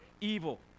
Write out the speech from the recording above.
evil